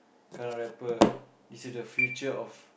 current rapper is he the future of